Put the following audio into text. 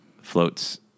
floats